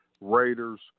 Raiders